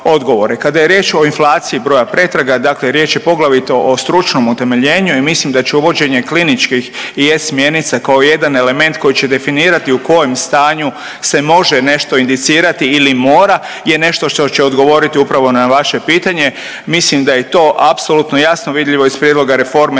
Kada je riječ o inflaciji broja pretraga, dakle riječ je poglavito o stručnom utemeljenju i mislim da će uvođenje kliničkih i e-Smjernica kao jedan element koji će definirati u kojem stanju se može nešto indicirati ili mora je nešto što će odgovoriti upravo na vaše pitanje. Mislim da je to apsolutno jasno vidljivo iz prijedloga reforme,